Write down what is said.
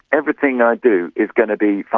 everything i do is going to be